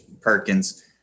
Perkins